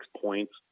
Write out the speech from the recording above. points